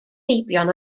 feibion